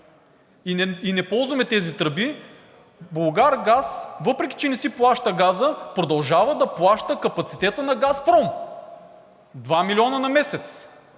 и не ползваме тези тръби, „Булгаргаз“, въпреки че не си плаща газът, продължава да плаща капацитета на „Газпром“ – 2 милиона на месец,